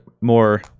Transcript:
more